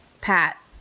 Pat